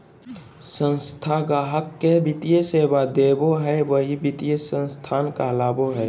संस्था गाहक़ के वित्तीय सेवा देबो हय वही वित्तीय संस्थान कहलावय हय